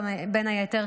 בין היתר,